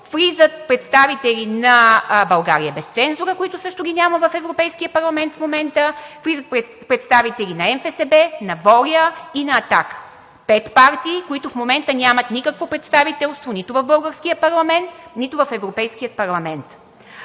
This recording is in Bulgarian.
влизат представители на „България без цензура“, които също ги няма в Европейския парламент в момента, влизат представители на НФСБ, на „Воля“ и на „Атака“. Пет партии, които в момента нямат никакво представителство нито в българския парламент, нито в Европейския парламент.